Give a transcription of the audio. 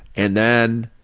and then